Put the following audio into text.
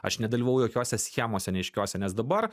aš nedalyvavau jokiose schemose neaiškiose nes dabar